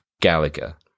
Gallagher